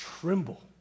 tremble